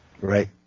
Right